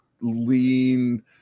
lean